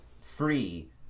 free